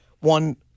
One